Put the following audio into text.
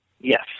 Yes